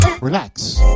Relax